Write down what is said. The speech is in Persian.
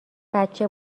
بچه